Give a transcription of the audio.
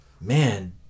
man